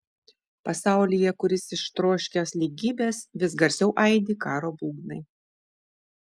pasaulyje kuris ištroškęs lygybės vis garsiau aidi karo būgnai